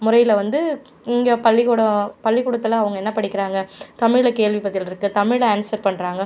முறையில் வந்து இங்கே பள்ளிக்கூடம் பள்ளிக்கூடத்தில் அவங்க என்ன படிக்கிறாங்க தமிழில் கேள்வி பதில் இருக்கு தமிழில் ஆன்சர் பண்ணுறாங்க